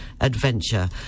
adventure